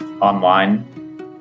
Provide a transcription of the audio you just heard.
online